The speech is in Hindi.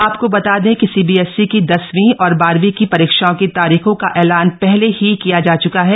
आपको बता दें कि सीबीएसई की दसवीं और बारहवीं की परीक्षाओं की तारीखों का ऐलान पहले ही किया जा च्का है